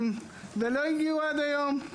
הכסף הזה לא הגיע עד היום.